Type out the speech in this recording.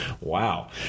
wow